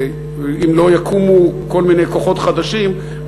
אם לא יקומו כל מיני כוחות חדשים,